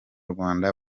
rwanda